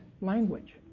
language